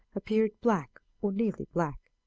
appeared black, or nearly black,